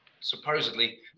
supposedly